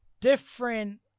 different